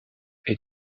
est